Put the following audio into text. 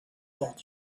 thought